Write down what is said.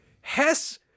Hess